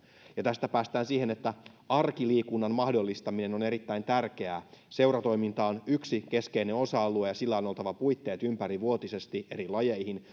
tästä päästään siihen että arkiliikunnan mahdollistaminen on erittäin tärkeää seuratoiminta on yksi keskeinen osa alue ja sillä on oltava puitteet ympärivuotisesti eri lajeihin